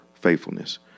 faithfulness